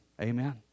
Amen